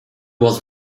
was